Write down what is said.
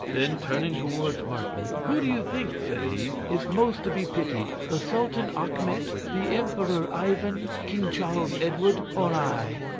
then, turning towards martin who do you think, said he, is most to be pitied the sultan achmet, the emperor ivan, king charles edward, or i?